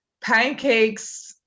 Pancakes